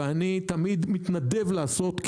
ואני תמיד מתנדב לעשות,